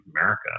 America